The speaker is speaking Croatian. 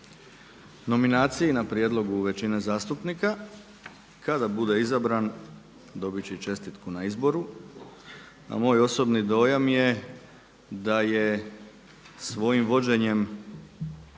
nominaciji na prijedlogu većine zastupnika, kada bude izabran dobit će čestitku i na izboru. A moj osobni dojam je da je svojim vođenjem